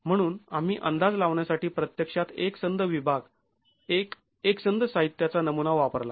म्हणून आम्ही अंदाज लावण्यासाठी प्रत्यक्षात एकसंध विभाग एक एकसंध साहित्याचा नमुना वापरला